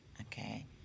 Okay